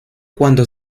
cuando